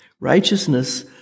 righteousness